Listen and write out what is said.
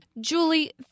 Julie